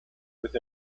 with